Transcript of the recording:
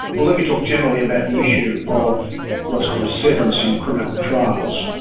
well, let me talk generally about the issue of what is called severance in criminal trials.